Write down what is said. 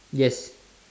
yes